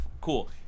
cool